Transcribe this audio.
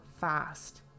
fast